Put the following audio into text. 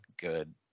good